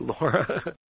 Laura